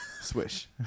Swish